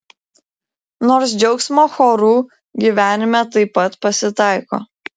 nors džiaugsmo chorų gyvenime taip pat pasitaiko